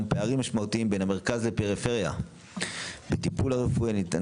פערים משמעותיים בין המרכז לפריפריה בטיפול הרפואי הניתן